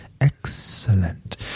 Excellent